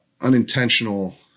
unintentional